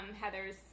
Heather's